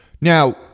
Now